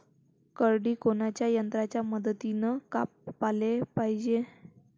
करडी कोनच्या यंत्राच्या मदतीनं कापाले पायजे?